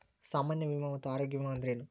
ಸಾಮಾನ್ಯ ವಿಮಾ ಮತ್ತ ಆರೋಗ್ಯ ವಿಮಾ ಅಂದ್ರೇನು?